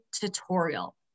tutorial